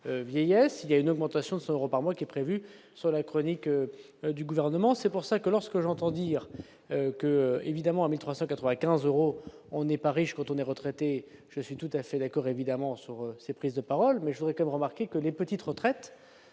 vieillesse, il y a une augmentation de 100 euros par mois, qui est prévue sur la chronique du gouvernement, c'est pour ça que lorsque j'entends dire que, évidemment, à 1395 euros, on n'est pas riche quand on est retraité, je suis tout à fait d'accord évidemment sur ses prises de paroles, mais je voudrais quand même remarquer que les petites retraites